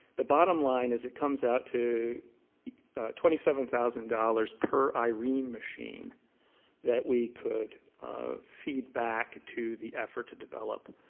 the bottom line is it comes out to twenty seven thousand dollars per irene machine that we could feed back to the effort to develop